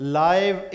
live